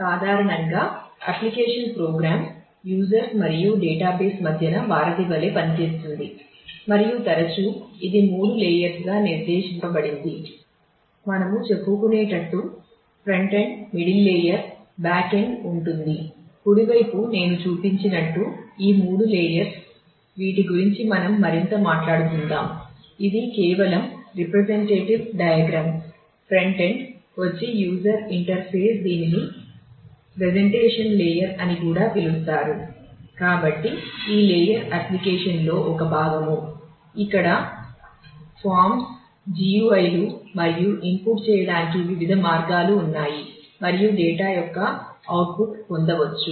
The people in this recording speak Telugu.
సాధారణంగా అప్లికేషన్ ప్రోగ్రాం పొందవచ్చు